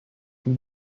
can